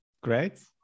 great